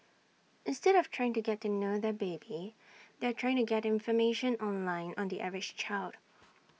instead of trying to get to know their baby they are trying to get information online on the average child